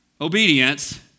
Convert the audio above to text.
obedience